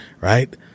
Right